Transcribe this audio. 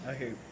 Okay